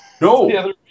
No